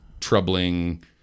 troubling